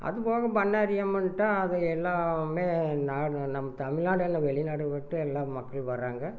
அது போக பண்ணாரி அம்மன்கிட்ட அது எல்லாமே நாடு நம் தமிழ்நாடு இல்லை வெளிநாடு விட்டு எல்லாம் மக்கள் வராங்க